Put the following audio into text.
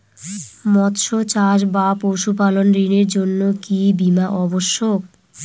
মৎস্য চাষ বা পশুপালন ঋণের জন্য কি বীমা অবশ্যক?